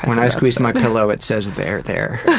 when i squeeze my pillow, it says, there, there.